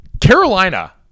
Carolina